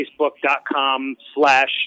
Facebook.com/slash